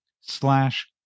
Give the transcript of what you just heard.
slash